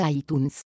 iTunes